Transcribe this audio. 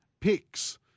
picks